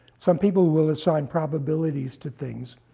some people will assign probabilities to things,